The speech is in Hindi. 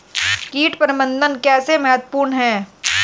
कीट प्रबंधन कैसे महत्वपूर्ण है?